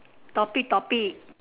topic topic